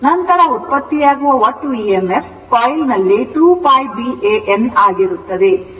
ನಂತರ ಉತ್ಪತ್ತಿಯಾಗುವ ಒಟ್ಟು emf ಕಾಯಿಲ್ನಲ್ಲಿ 2 π BAN ಆಗಿರುತ್ತದೆ